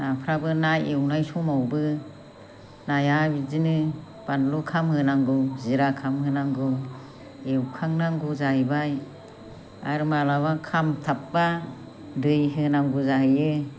नाफ्राबो ना एवनाय समावबो नाया बिदिनो बानलु खामहो नांगौ जिरा खामहोनांगौ एवखांनांगौ जाहैबाय आरो माब्लाबा खामथाबब्ला दै होनांगौ जाहैयो